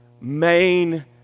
main